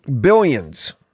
billions